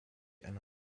eine